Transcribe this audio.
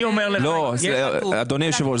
אדוני היושב-ראש,